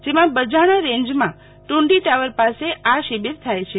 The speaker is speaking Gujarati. જેમાં બજાણા રેજ્જમાં ટુંડી ટાવર પાસે આ શિબિર થાય છે